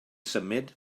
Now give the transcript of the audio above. symud